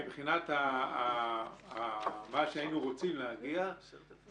מבחינת מה שהיינו רוצים להגיע לגבי